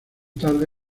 tarde